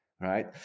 Right